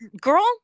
girl